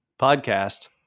podcast